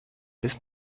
bis